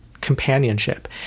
companionship